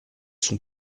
sont